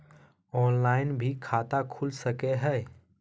Online भी खाता खूल सके हय?